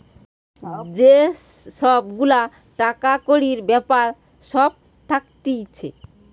যে সব গুলা টাকা কড়ির বেপার সব থাকতিছে